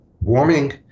warming